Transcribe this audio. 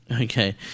Okay